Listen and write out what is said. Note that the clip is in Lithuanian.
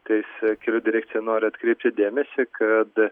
tais kelių direkcija nori atkreipti dėmesį kad